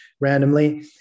randomly